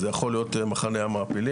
זה יכול להיות מחנה המעפילים.